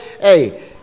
hey